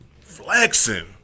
Flexing